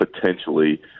potentially